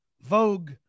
Vogue